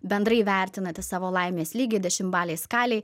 bendrai vertinate savo laimės lygį dešimtbalėj skalėj